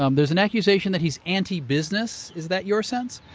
um there's an accusation that he's anti-business? is that your sense?